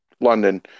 london